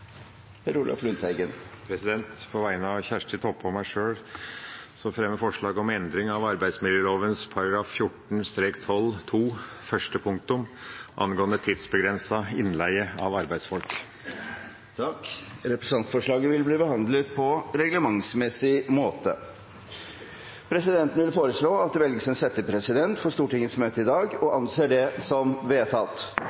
Per Olaf Lundteigen vil fremsette et representantforslag. På vegne av Kjersti Toppe og meg sjøl fremmer jeg forslag om endring av arbeidsmiljøloven § 14-12 første punktum om tidsbegrenset innleie av arbeidsfolk. Representantforslaget vil bli behandlet på reglementsmessig måte. Presidenten vil foreslå at det velges en settepresident for Stortingets møte i dag – og